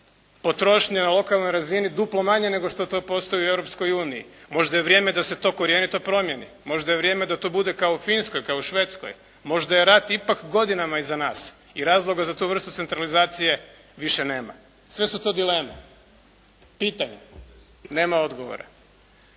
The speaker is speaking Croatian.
potrošnje na lokanoj razini duplo manja nego što postoji u Europskoj uniji, možda je vrijeme da se to korjenito promjeni, možda je vrijeme da to bude kao u Finskoj, kao u Švedskoj, možda je rat ipak godinama iza nas i razloga za tu vrstu centralizacije više nema. Sve su to dileme. Pitanja, nema odgovora.